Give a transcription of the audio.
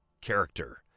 character